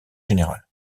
général